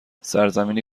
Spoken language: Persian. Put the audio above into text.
سرزمینی